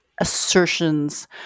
assertions